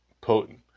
potent